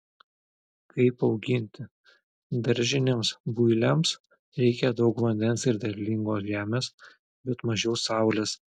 kaip auginti daržiniams builiams reikia daug vandens ir derlingos žemės bet mažiau saulės